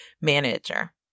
manager